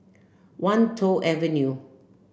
Wan Tho Avenue